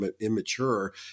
immature